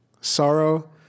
sorrow